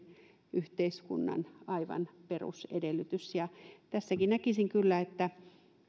yhteiskunnan aivan perusedellytys tässäkin näkisin kyllä että